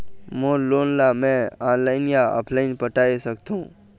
मोर loan ला मैं online या ऑफलाइन पटाए सकथों?